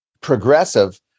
progressive